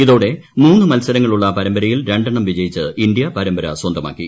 ഇതോടെ മൂന്ന് മത്സരങ്ങളുള്ള പരമ്പരയിൽ രണ്ടെണ്ണം വിജയിച്ച് ഇന്ത്യ പരമ്പര സ്വന്തമാക്കി